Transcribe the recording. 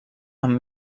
amb